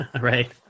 right